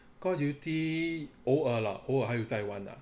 call of duty 哦儿 lah 哦儿还有在玩 lah